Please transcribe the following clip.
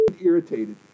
irritated